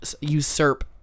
usurp